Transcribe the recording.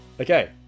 Okay